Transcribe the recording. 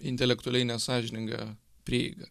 intelektualiai nesąžininga prieiga